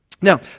Now